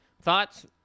Thoughts